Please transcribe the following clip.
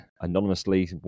anonymously